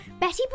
Betty